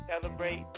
celebrate